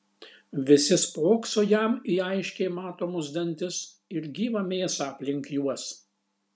visi spokso jam į aiškiai matomus dantis ir gyvą mėsą aplink juos